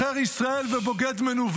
חבר הכנסת ואטורי: "עוכר ישראל" ו"בוגד מנוול".